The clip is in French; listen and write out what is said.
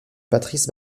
patrice